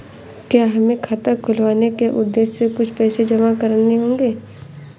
क्या हमें खाता खुलवाने के उद्देश्य से कुछ पैसे जमा करने होंगे?